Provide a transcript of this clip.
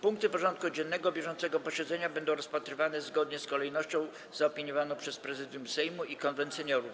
Punkty porządku dziennego bieżącego posiedzenia będą rozpatrywane zgodnie z kolejnością zaopiniowaną przez Prezydium Sejmu i Konwent Seniorów.